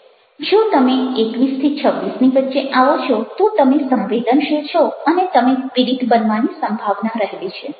જો તમે 21 26 ની વચ્ચે આવો છો તો તમે સંવેદનશીલ છો અને તમે પીડિત બનવાની સંભાવના રહેલી છે